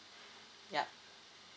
yup